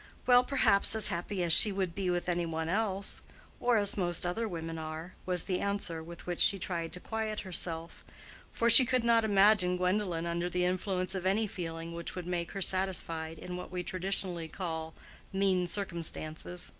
well, perhaps as happy as she would be with any one else or as most other women are was the answer with which she tried to quiet herself for she could not imagine gwendolen under the influence of any feeling which would make her satisfied in what we traditionally call mean circumstances.